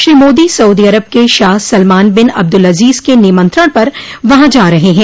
Shri Modi Saudi Arab के Shah Salman bin Abdul Aziz के निमंत्रण पर वहां जा रहे हैं